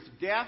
death